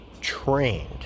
trained